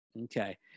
Okay